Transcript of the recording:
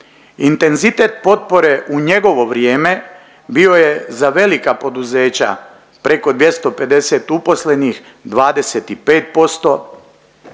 Intenzitet potpore u njegovo vrijeme bio je za velika poduzeća preko 250 uposlenih 25%,